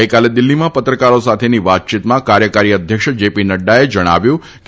ગઈકાલે દિલ્ફીમાં પત્રકારો સાથેની વાતયીતમાં કાર્યકારી અધ્યક્ષ જેનફાએ જણાવ્યું હતું કે